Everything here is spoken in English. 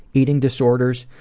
eating disorders,